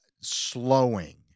slowing